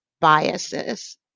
biases